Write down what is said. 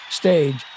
stage